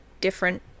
different